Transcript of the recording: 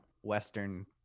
Western